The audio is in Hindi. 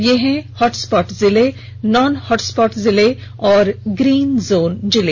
ये हैं हॉट स्पॉट जिले नॉन हॉट स्पॉशट जिले और ग्रीन जोन जिले